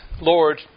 Lord